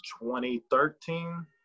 2013